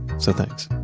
so, thanks.